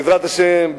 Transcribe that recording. בעזרת השם,